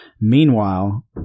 meanwhile